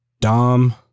Dom